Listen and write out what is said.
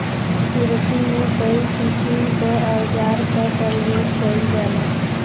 किरसी में कई किसिम क औजार क परयोग कईल जाला